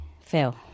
fail